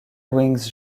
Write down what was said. wings